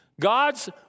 God's